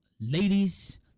Ladies